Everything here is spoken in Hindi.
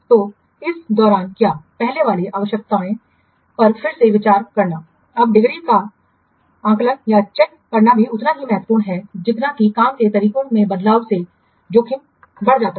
तो इस दौरान क्या पहले वाली आवश्यकताओं पर फिर से विचार करना अब डिग्री का आकलन करना भी उतना ही महत्वपूर्ण है जितना कि काम के तरीकों में बदलाव से जोखिम बढ़ जाता है